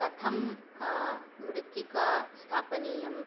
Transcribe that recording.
कथं मृत्तिका स्थापनीया